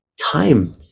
Time